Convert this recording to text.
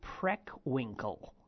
Preckwinkle